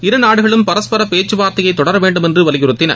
இரு நாடுகளும் பரஸ்பர பேச்சுவார்த்தையை தொடர வேண்டும் என்று வலியுறுத்தின